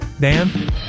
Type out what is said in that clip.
Dan